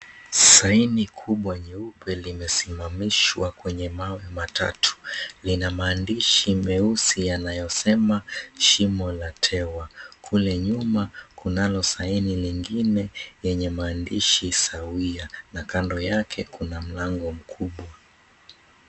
Saini kubwa nyeupe limesimamishwa kwenye mawe matatu. Lina maandishi meusi yanayosema shimo la tewa. Kule nyuma kunalo saini lingine yenye maandishi sawia na kando yake kuna mlango mkubwa.